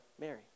Mary